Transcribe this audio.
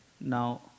Now